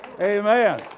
amen